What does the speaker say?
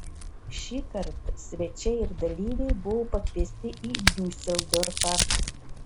šįkart svečiai ir dalyviai buvo pakviesti į diuseldorfą